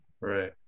right